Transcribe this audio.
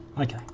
Okay